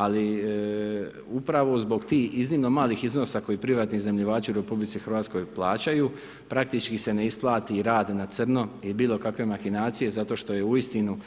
Ali, upravo zbog tih iznimno malih iznosa koji privatni iznajmljivači u RH plaćaju, praktički se ne isplati rad na crno i bilo kakve makinacije, zato što je uistinu,